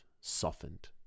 softened